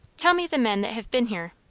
tell me the men that have been here.